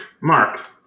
Mark